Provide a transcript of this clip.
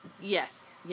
Yes